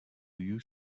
you